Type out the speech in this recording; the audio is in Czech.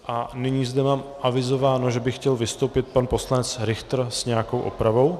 A nyní zde mám avizováno, že by chtěl vystoupit pan poslanec Richter s nějako opravou.